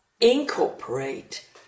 incorporate